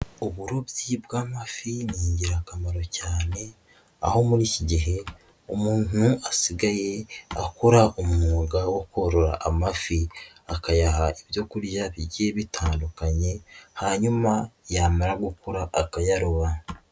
Uburobyi bw'amafi ni ingirakamaro cyane, aho muri iki gihe umuntu asigaye akora umwuga wo korora amafi, akayaha ibyo kurya bigiye bitandukanye hanyuma yamara gukura akayaroba.